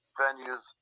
venues